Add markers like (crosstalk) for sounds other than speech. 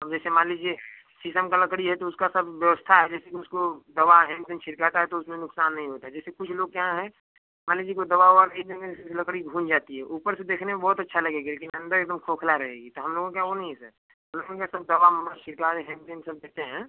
अब जैसे मान लीजिए शीशम का लकड़ी है तो उसका सब व्यवस्था है जैसे कि उसको दवा (unintelligible) छिड़काता है तो उसमें नुकसान नहीं होता है जैसे कुछ लोग के यहाँ है मान लीजिए कोई दवा ओवा (unintelligible) देंगे जिससे लकड़ी घुन जाती है ऊपर से देखने में बहुत अच्छा लगेगा लेकिन अंदर एकदम खोखला रहेगी तो हम लोगों के यहाँ वो नहीं है सर हम लोगों के यहाँ सब दवा ओवा छिड़का (unintelligible) देते हैं